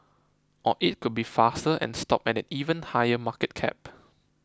or it could be faster and stop at an even higher market cap